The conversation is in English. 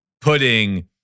putting